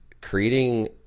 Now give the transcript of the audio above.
creating